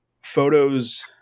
photos